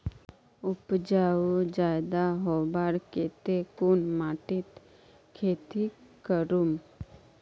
उपजाऊ ज्यादा होबार केते कुन माटित खेती करूम?